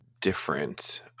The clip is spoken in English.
different